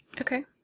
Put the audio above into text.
Okay